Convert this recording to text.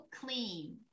clean